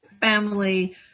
family